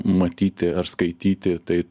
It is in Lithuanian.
matyti ar skaityti tai